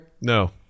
No